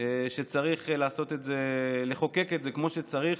שצריך לחוקק כמו שצריך,